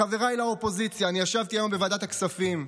חבריי לאופוזיציה, אני ישבתי היום בוועדת הכספים.